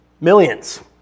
Millions